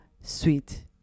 sweet